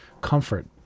comfort